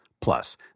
Plus